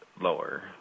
lower